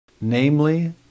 Namely